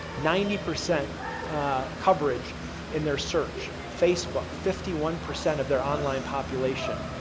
ninety percent coverage in their search, facebook fifty one percent of their online population,